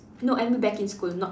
no I mean back in school not